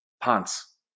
pants